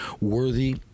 worthy